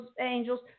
angels